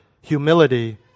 humility